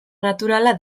naturala